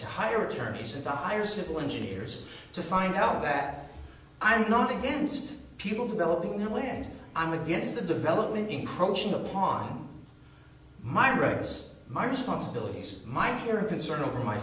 to hire attorneys and the higher civil engineers to find help that i'm not against people developing when i'm against the development encroaching upon my roads my responsibilities my share of concern over my